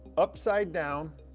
upside down,